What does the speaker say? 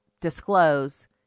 disclose